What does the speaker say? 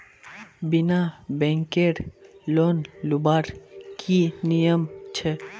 बिना बैंकेर लोन लुबार की नियम छे?